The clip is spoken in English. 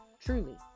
truly